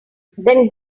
then